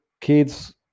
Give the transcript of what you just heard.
kids